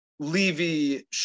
levy